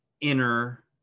inner